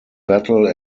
battle